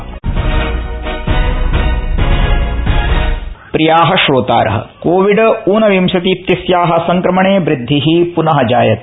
Covid सन्देश प्रिया श्रोतार कोविड ऊनविंशति इत्यस्याः संक्रमणे वृद्धि प्नः जायते